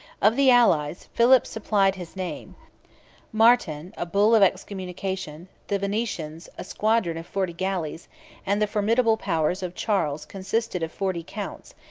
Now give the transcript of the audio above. of the allies, philip supplied his name martin, a bull of excommunication the venetians, a squadron of forty galleys and the formidable powers of charles consisted of forty counts,